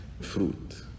fruit